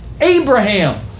Abraham